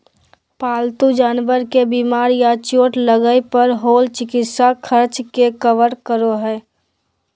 पालतू जानवर के बीमार या चोट लगय पर होल चिकित्सा खर्च के कवर करो हइ